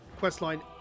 questline